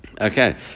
Okay